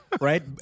right